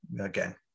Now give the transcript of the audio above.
again